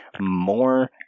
more